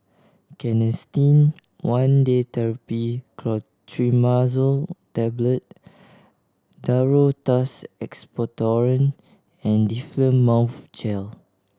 Canesten One Day Therapy Clotrimazole Tablet Duro Tuss Expectorant and Difflam Mouth Gel